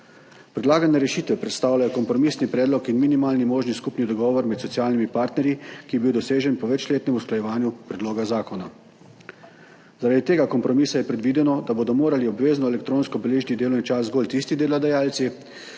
Predlagane rešitve predstavljajo kompromisni predlog in minimalni možni skupni dogovor med socialnimi partnerji, ki je bil dosežen po večletnem usklajevanju predloga zakona. Zaradi tega kompromisa je predvideno, da bodo morali obvezno elektronsko beležiti delovni čas zgolj tisti delodajalci,